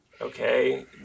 Okay